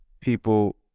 people